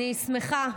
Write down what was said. אני שמחה,